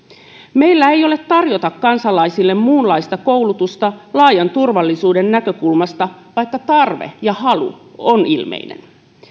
meillä ei ole tarjota kansalaisille muunlaista koulutusta laajan turvallisuuden näkökulmasta vaikka tarve ja halu on ilmeinen